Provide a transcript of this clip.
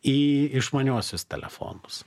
į išmaniuosius telefonus